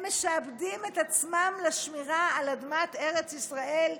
הם משעבדים את עצמם לשמירה על אדמת ארץ ישראל.